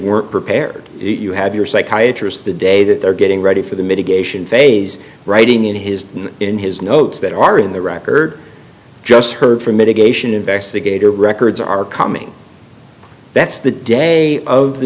were prepared you have your psychiatrist the day that they're getting ready for the mitigation phase writing in his in his notes that are in the record just heard from mitigation investigator records are coming that's the day of the